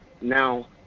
Now